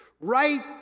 right